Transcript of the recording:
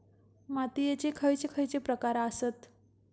मातीयेचे खैचे खैचे प्रकार आसत?